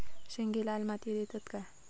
शेंगे लाल मातीयेत येतत काय?